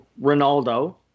Ronaldo